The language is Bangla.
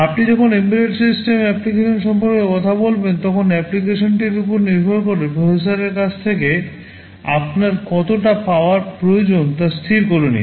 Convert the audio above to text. আপনি যখন এমবেডেড সিস্টেম অ্যাপ্লিকেশন সম্পর্কে কথা বলবেন তখন অ্যাপ্লিকেশনটির উপর নির্ভর করে প্রসেসরের কাছ থেকে আপনার কতটা পাওয়ার প্রয়োজন তা স্থির করে নিন